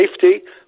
safety